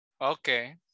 Okay